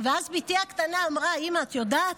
ואז בתי הקטנה אמרה: אימא, את יודעת,